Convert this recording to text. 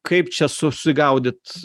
kaip čia susigaudyt